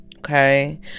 Okay